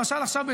למשל עכשיו,